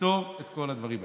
לפתור את כל הדברים האלה.